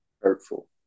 hurtful